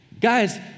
Guys